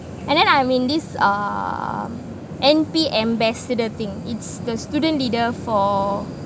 and them I'm in this uh N_P ambassador thing it's the student leader for